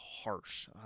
harsh